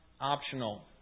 optional